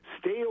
stay